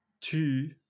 Tu